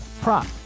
prop